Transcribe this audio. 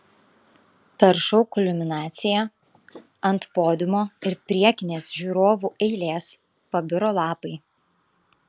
per šou kulminaciją ant podiumo ir priekinės žiūrovų eilės pabiro lapai